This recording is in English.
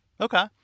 Okay